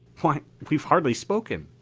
why we've hardly spoken!